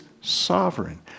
sovereign